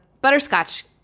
Butterscotch